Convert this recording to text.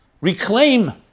reclaim